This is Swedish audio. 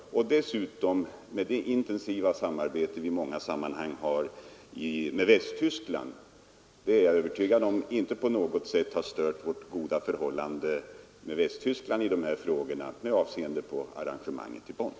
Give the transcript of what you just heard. Och med det intima samarbete som vi i många sammanhang har med Västtyskland är jag övertygad om att vi med arrangemanget i Bonn inte på något sätt har stört vårt goda förhållande med Västtyskland.